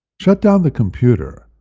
shut down the computer.